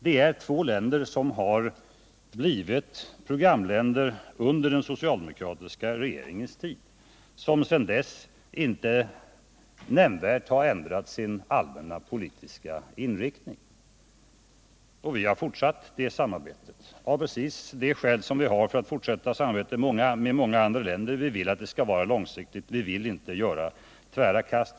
Det är två länder som blivit programländer under den socialdemokratiska regeringens tid och som sedan dess inte nämnvärt har ändrat sin allmänna politiska inriktning. Vi har fortsatt det samarbetet av precis de skäl som vi har för att fortsätta samarbetet med många andra länder. Vi vill att det skall vara långsiktigt. Vi vill inte göra tvära kast.